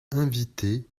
invités